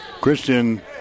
Christian